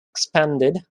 expanded